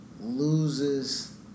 loses